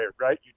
right